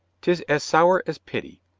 tis as sour as pity.